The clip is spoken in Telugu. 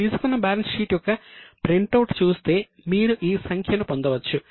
మీరు తీసుకున్న బ్యాలెన్స్ షీట్ యొక్క ప్రింట్ అవుట్ చూస్తే మీరు ఈ సంఖ్యను పొందవచ్చు